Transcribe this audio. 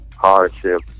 hardship